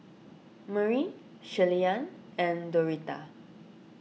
Murry Shirleyann and Doretha